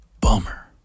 bummer